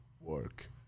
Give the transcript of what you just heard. work